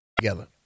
Together